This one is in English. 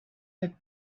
had